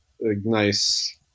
nice